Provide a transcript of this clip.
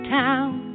town